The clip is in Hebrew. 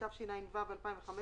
התשע"ו-2015,